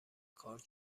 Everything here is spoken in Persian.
کار